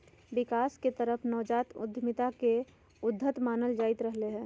विकास के तरफ नवजात उद्यमिता के उद्यत मानल जाईंत रहले है